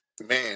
Man